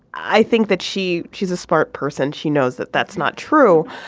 i think that she she's a smart person she knows that that's not true.